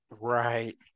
Right